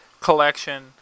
collection